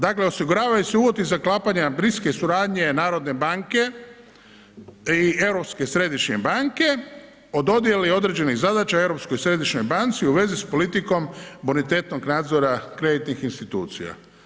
Dakle osiguravaju se uvjeti za sklapanje bliske suradnje narodne banke i Europske središnje banke o dodjeli određenih zadaća Europskoj središnjoj banci u vezi s politikom bonitetnog nadzora kreditnih institucija.